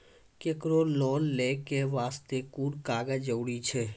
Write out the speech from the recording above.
केकरो लोन लै के बास्ते कुन कागज जरूरी छै?